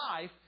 life